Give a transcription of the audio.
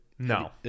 No